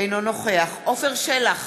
אינו נוכח עפר שלח,